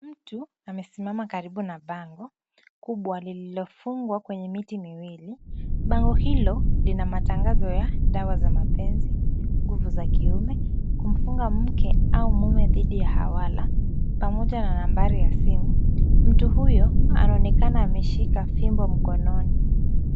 Mtu amesimama karibu na bango kubwa lililofungwa kwenye miti miwili. Bango hilo lina matangazo ya dawa za mapenzi, nguvu za kiume, kumfunga mke aumume dhidi ya hawala pamoja na nambari ya simu. Mtu huyo anaonekana ameshika fimbo mkononi.